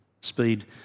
speed